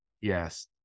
yes